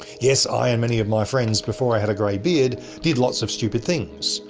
yes, i and many of my friends before i had a grey beard did lots of stupid things.